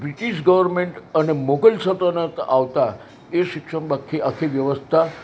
British government અને મોગલ સલ્તનત આવતાં એ શિક્ષણ આખી વ્યવસ્થા